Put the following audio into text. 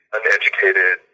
uneducated